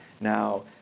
now